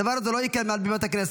הדבר הזה לא יהיה כאן מעל בימת הכנסת.